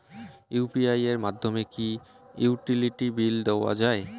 UPI এর মাধ্যমে কি ইউটিলিটি বিল দেওয়া যায়?